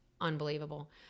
unbelievable